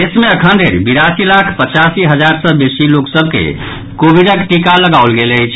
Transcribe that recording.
देश मे अखनधरि बिरासी लाख पचासी हजार सॅ बेसी लोक सभ के कोविडक टीका लगाओल गेल अछि